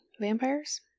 vampires